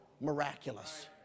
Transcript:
miraculous